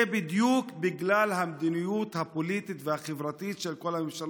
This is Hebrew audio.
זה בדיוק בגלל המדיניות הפוליטית והחברתית של כל הממשלות.